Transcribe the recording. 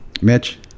Mitch